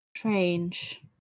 strange